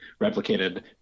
replicated